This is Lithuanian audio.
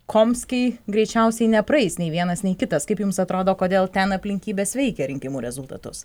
komskiai greičiausiai nepraeis nei vienas nei kitas kaip jums atrodo kodėl ten aplinkybės veikia rinkimų rezultatus